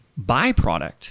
byproduct